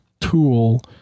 tool